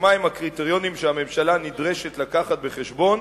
מה הם הקריטריונים שהממשלה נדרשת להביא בחשבון